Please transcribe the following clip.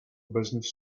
business